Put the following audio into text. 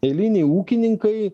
eiliniai ūkininkai